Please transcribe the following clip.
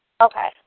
Okay